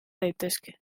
daiteke